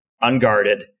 unguarded